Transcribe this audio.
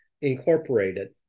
incorporated